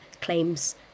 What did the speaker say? claims